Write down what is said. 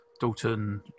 Dalton